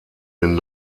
den